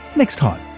next time.